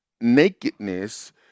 nakedness